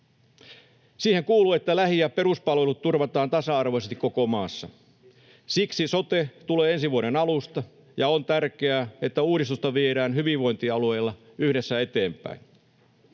Siihen kuuluu, että lähi- ja peruspalvelut turvataan tasa-arvoisesti koko maassa. Siksi sote tulee ensi vuoden alusta, ja on tärkeää, että uudistusta viedään hyvinvointialueilla yhdessä eteenpäin.